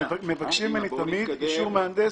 מבקשים ממני תמיד אישור מהנדס,